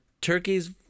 turkeys